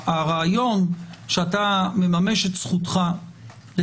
הרעיון שאתה מממש את זכותך לא להתחסן,